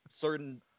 certain